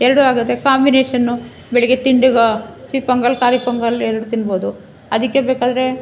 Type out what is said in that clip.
ಎರಡು ಆಗುತ್ತೆ ಕಾಂಬಿನೇಷನ್ನು ಬೆಳಗ್ಗೆ ತಿಂಡಿಗೂ ಸಿಹಿ ಪೊಂಗಲ್ ಖಾರ ಪೊಂಗಲ್ ಎರಡೂ ತಿನ್ಬೋದು ಅದಕ್ಕೆ ಬೇಕಾದರೆ